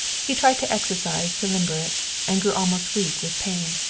he tried to exercise to limber it, and grew almost weak with pain.